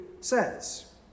says